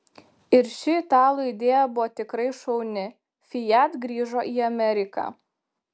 ir ši italų idėja buvo tikrai šauni fiat grįžo į ameriką